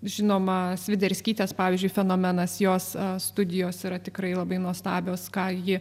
žinoma sviderskytės pavyzdžiui fenomenas jos studijos yra tikrai labai nuostabios ką ji